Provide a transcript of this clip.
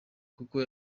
kuko